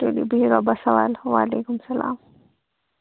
تُلِو بِہِو رۄبَس حَوال وعلیکُم سَلام